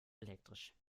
elektrisch